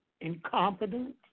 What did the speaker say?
incompetent